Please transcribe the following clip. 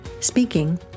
speaking